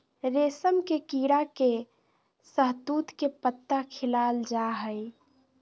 रेशम के कीड़ा के शहतूत के पत्ता खिलाल जा हइ